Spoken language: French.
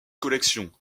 collection